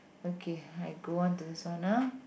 okay I go on to this one ah